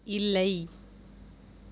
இல்லை